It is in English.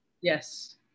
Yes